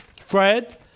Fred